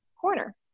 corner